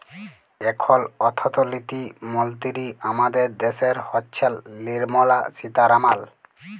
এখল অথ্থলিতি মলতিরি আমাদের দ্যাশের হচ্ছেল লির্মলা সীতারামাল